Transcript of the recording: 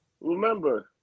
remember